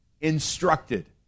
instructed